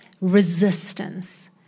resistance